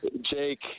Jake